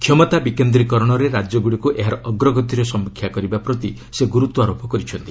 କ୍ଷମତା ବିକେନ୍ଦ୍ରୀକରଣରେ ରାଜ୍ୟଗୁଡ଼ିକୁ ଏହାର ଅଗ୍ରଗତିର ସମୀକ୍ଷା କରିବା ପ୍ରତି ସେ ଗୁରୁତ୍ୱାରୋପ କରିଛନ୍ତି